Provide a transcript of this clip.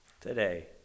today